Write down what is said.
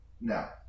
Now